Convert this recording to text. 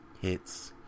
hits